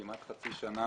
עברה כמעט חצי שנה.